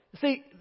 See